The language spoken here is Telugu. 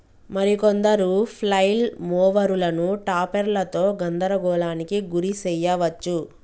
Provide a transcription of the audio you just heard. మరి కొందరు ఫ్లైల్ మోవరులను టాపెర్లతో గందరగోళానికి గురి శెయ్యవచ్చు